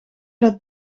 dat